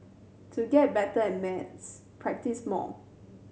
to get better at maths practise more